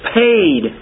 paid